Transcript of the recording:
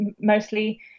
mostly